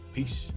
Peace